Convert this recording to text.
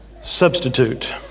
Substitute